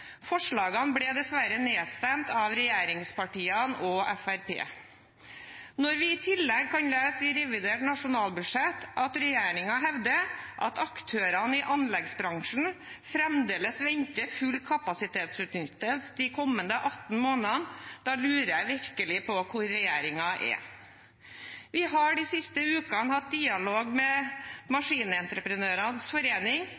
Forslagene ble dessverre nedstemt av regjeringspartiene og Fremskrittspartiet. Når vi i tillegg kan lese i revidert nasjonalbudsjett at regjeringen hevder at aktørene i anleggsbransjen fremdeles venter full kapasitetsutnyttelse de kommende 18 månedene, lurer jeg virkelig på hvor regjeringen er. Vi har de siste ukene hatt dialog med